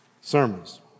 sermons